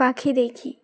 পাখি দেখি